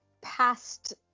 past